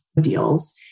deals